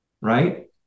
Right